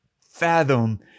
fathom